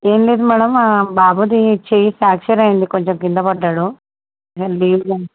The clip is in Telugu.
ఏమి లేదు మ్యాడమ్ బాబుది చేయి ఫ్రాక్చర్ అయ్యింది కొంచెం కిందపడ్డాడు అది లీవు